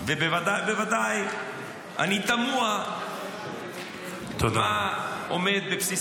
בוודאי ובוודאי אני תמה מה עומד בבסיס